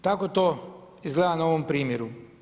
Tako to izgleda na ovom primjeru.